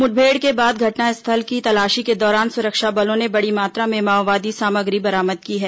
मुठभेड़ के बाद घटनास्थल की तलाशी के दौरान सुरक्षा बलों ने बड़ी मात्रा में माओवादी सामग्री बरामद की है